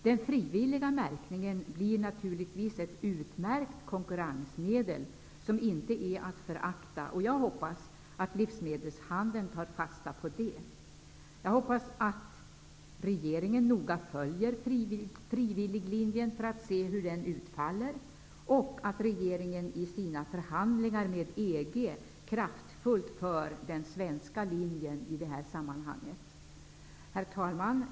Den frivilliga märkningen blir naturligtvis ett utmärkt konkurrensmedel, som inte är att förakta. Jag hoppas att livsmedelshandeln tar fasta på det. Jag hoppas att regeringen noga följer frivilliglinjen, för att se hur den utfaller, och att regeringen i sina förhandlingar med EG kraftfullt för den svenska linjen i det här sammanhanget. Herr talman!